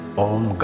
om